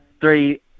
three